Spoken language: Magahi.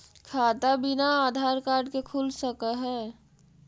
खाता बिना आधार कार्ड के खुल सक है?